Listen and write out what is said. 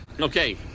Okay